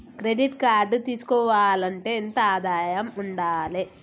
Credit card తీసుకోవాలంటే ఎంత ఆదాయం ఉండాలే?